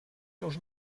seus